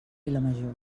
vilamajor